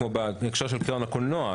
בקולנוע,